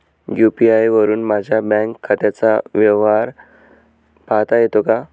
UPI वरुन माझ्या bank खात्याचा व्यवहार पाहता येतो का?